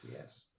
yes